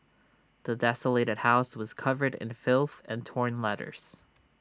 the desolated house was covered in filth and torn letters